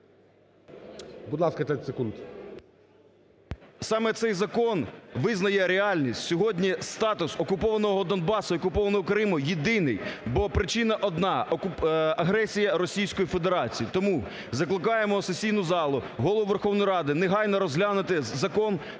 Саме цей закон визнає реальність. Сьогодні статус окупованого Донбасу і окупованого Криму єдиний. Бо причина одна – агресія Російської Федерації. Тому закликаємо сесійну залу, Голову Верхової Ради негайно розглянути Закон про